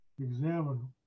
examine